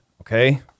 okay